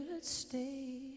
stay